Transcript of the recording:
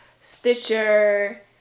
Stitcher